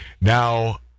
Now